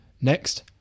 Next